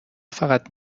فقط